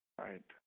right